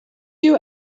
you